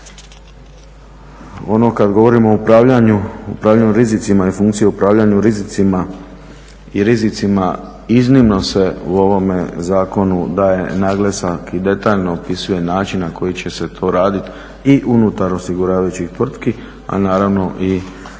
Ono kada govorimo o upravljanju, upravljanju rizicima i funkciji upravljanju rizicima i rizicima iznimno se u ovome zakonu daje naglasak i detaljno opisuje način na koji će se to raditi i unutar osiguravajućih tvrtki a naravno i vezano